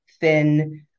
thin